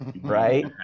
right